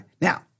Now